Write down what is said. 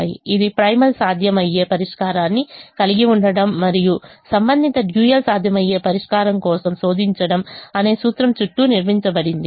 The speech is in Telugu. ఇది ప్రైమల్ సాధ్యమయ్యే పరిష్కారాన్ని కలిగి ఉండటం మరియు సంబంధిత డ్యూయల్ సాధ్యమయ్యే పరిష్కారం కోసం శోధించడం అనే సూత్రం చుట్టూ నిర్మించబడింది